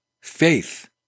Faith